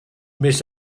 miss